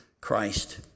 Christ